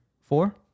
Four